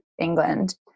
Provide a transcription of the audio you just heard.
England